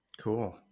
Cool